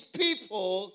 people